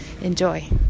Enjoy